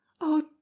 Oh